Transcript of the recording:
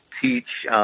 teach